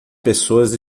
pessoas